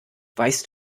weißt